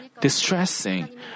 distressing